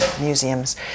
museums